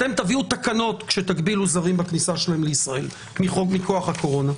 אתם תביאו תקנות כשתגבילו זרים בכניסה שלהם לישראל מכוח הקורונה.